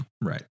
right